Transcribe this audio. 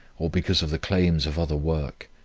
or because of the claims of other work.